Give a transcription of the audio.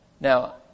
Now